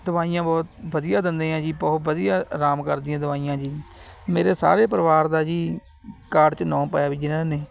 ਦਵਾਈਆਂ ਬਹੁਤ ਵਧੀਆ ਦਿੰਦੇ ਆ ਜੀ ਬਹੁਤ ਵਧੀਆ ਆਰਾਮ ਕਰਦੀਆਂ ਦਵਾਈਆਂ ਜੀ ਮੇਰੇ ਸਾਰੇ ਪਰਿਵਾਰ ਦਾ ਜੀ ਕਾਰਡ 'ਚ ਨਾਂ ਪਾਇਆ ਵਾ ਜਿਨ੍ਹਾਂ ਨੇ